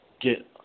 get